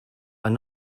are